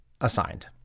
assigned